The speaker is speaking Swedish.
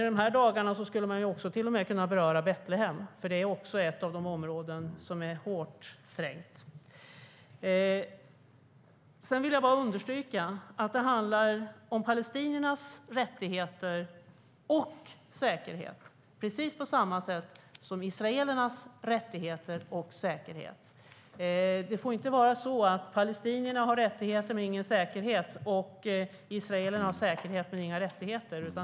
I dessa dagar skulle man även kunna beröra Betlehem som också är ett hårt trängt område. Jag vill understryka att det handlar om palestiniernas rättigheter och säkerhet, precis på samma sätt som det handlar om israelernas rättigheter och säkerhet. Det får inte vara så att palestinierna har rättigheter men ingen säkerhet och att israelerna har säkerhet men inga rättigheter.